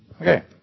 Okay